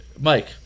Mike